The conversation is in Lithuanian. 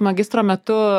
magistro metu